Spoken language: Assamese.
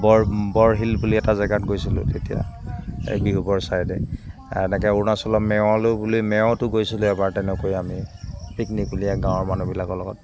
বৰ বৰশিল বুলি এটা জেগাত গৈছিলো তেতিয়া এই ছাইদে এনেকৈ অৰুণাচলৰ মেঅ'লৈ বুলি মেঅ'তো গৈছিলো এবাৰ তেনেকৈ আমি পিকনিক উলিয়াই গাঁৱৰ মানুহবিলাকৰ লগত